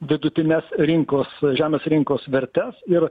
vidutines rinkos žemės rinkos vertes ir